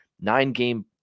nine-game